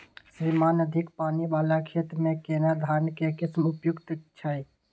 श्रीमान अधिक पानी वाला खेत में केना धान के किस्म उपयुक्त छैय?